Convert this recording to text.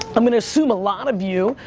i'm gonna assume a lot of you,